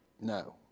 no